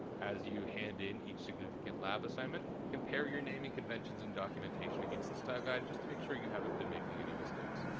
as you hand in each significant lab assignment, compare your naming conventions and documentation against the style guide just to make sure you haven't been making any mistakes.